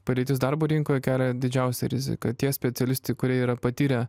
padėtis darbo rinkoje kelia didžiausią riziką tie specialistai kurie yra patyrę